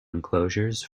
enclosures